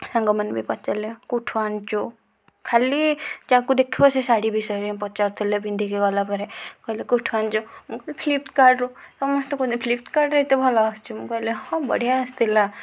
ସାଙ୍ଗମାନେ ବି ପଚାରିଲେ କେଉଁଠୁ ଆଣିଛୁ ଖାଲି ଯାହାକୁ ଦେଖିବ ସେ ଶାଢ଼ୀ ବିଷୟରେ ପଚାରୁଥିଲେ ପିନ୍ଧିକି ଗଲାପରେ କହିଲେ କେଉଁଠୁ ଆଣିଛୁ ମୁଁ କହିଲି ଫ୍ଲିପ୍କାର୍ଟରୁ ସମସ୍ତେ କହୁଛନ୍ତି ଫ୍ଲିପ୍କାର୍ଟରେ ଏତେ ଭଲ ଆସୁଛି ମୁଁ କହିଲି ହଁ ବଢ଼ିଆ ଆସିଥଲା